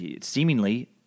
seemingly